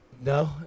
no